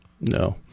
No